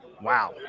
Wow